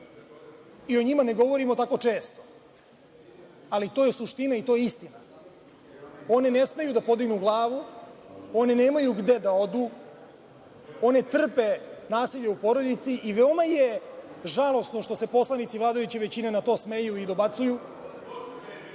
i o njima ne govorimo tako često, ali to je suština i to je istina. One ne smeju da podignu glavu, one nemaju gde da odu, one trpe nasilje u porodici i veoma je žalosno što se poslanici vladajuće većine na to smeju i dobacuju.